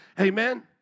Amen